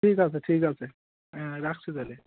ঠিক আছে ঠিক আছে হ্যাঁ রাখছি তাহলে